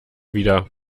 wieder